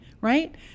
right